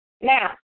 Now